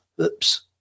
oops